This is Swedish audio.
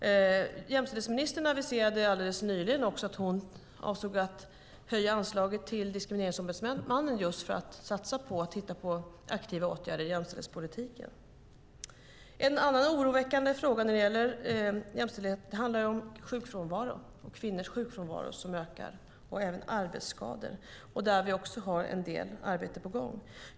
Jämställdhetsministern aviserade nyligen att hon avser att höja anslaget till Diskrimineringsombudsmannen för att satsa på att titta på aktiva åtgärder i jämställdhetspolitiken. En annan oroväckande fråga när det gäller jämställdhet handlar om sjukfrånvaron och även arbetsskador. Kvinnors sjukfrånvaro ökar. Där har vi också en del arbete på gång.